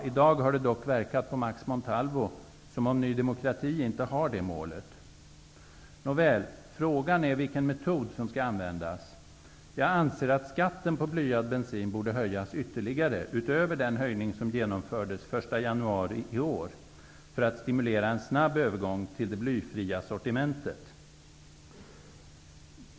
I dag har det dock verkat på Max Montalvo som om Ny demokrati inte har det målet. Frågan är vilken metod som skall användas. Jag anser att skatten på blyad bensin borde höjas ytterligare, utöver den höjning som genomfördes den 1 januari i år, för att stimulera en snabb övergång till det blyfria sortimentet.